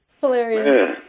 Hilarious